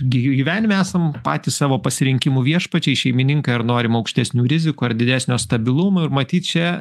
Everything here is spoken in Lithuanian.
gyvenime esam patys savo pasirinkimų viešpačiai šeimininkai ar norime aukštesnių rizikų ar didesnio stabilumo ir matyt čia